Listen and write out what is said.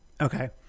Okay